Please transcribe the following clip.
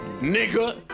Nigga